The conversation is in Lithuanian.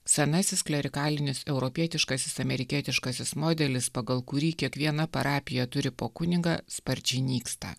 senasis klerikalinis europietiškasis amerikietiškasis modelis pagal kurį kiekviena parapija turi po kunigą sparčiai nyksta